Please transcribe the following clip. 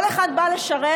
כל אחד בא לשרת